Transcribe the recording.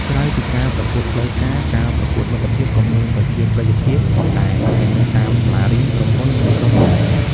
ក្រៅពីការប្រកួតផ្លូវការ ការប្រកួតមិត្តភាពក៏មានប្រជាប្រិយភាពផងដែរ ទាំងនៅតាមសាលារៀន ក្រុមហ៊ុន និងក្រុមមិត្តភក្តិ។